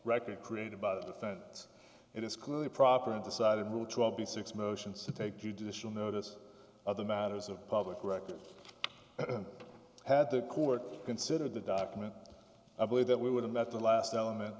record created by the defense it is clearly proper and decided will be six motions to take judicial notice other matters of public record had the court consider the document i believe that we would have met the last element